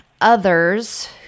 others